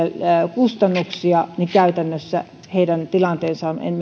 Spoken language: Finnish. kustannuksia niin käytännössä heidän tilanteensa on mennyt